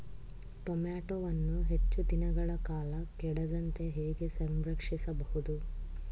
ಟೋಮ್ಯಾಟೋವನ್ನು ಹೆಚ್ಚು ದಿನಗಳ ಕಾಲ ಕೆಡದಂತೆ ಹೇಗೆ ಸಂರಕ್ಷಿಸಬಹುದು?